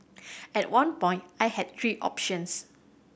at one point I had three options